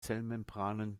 zellmembranen